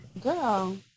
Girl